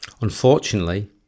Unfortunately